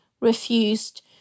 refused